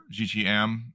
GTM